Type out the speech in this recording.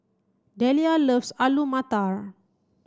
Dellia loves Alu Matar